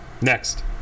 next